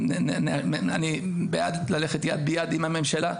אני בעד ללכת יד ביד עם הממשלה,